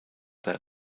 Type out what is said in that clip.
that